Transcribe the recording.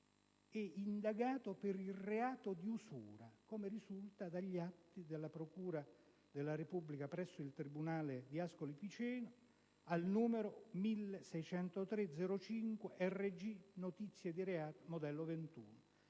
è indagato per il reato di usura, come risulta dagli atti della procura della Repubblica presso il tribunale di Ascoli Piceno al numero 160305RG "Notizie di reato modello 21",